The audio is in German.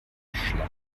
schleim